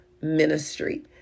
ministry